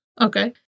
okay